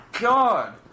God